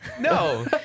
No